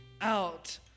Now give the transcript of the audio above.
out